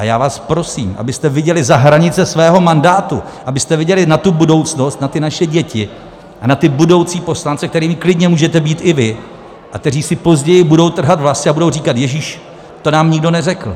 Já vás prosím, abyste viděli za hranice svého mandátu, abyste viděli na budoucnost, na naše děti a na budoucí poslance, kterými klidně můžete být i vy a kteří si později budou trhat vlasy a budou říkat: Ježiš, to nám nikdo neřekl!